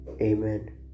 Amen